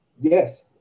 Yes